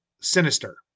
sinister